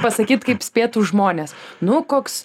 pasakyt kaip spėtų žmonės nu koks